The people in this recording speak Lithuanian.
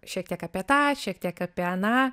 šiek tiek apie tą šiek tiek apie aną